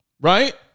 right